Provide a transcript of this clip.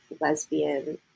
lesbian